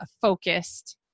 focused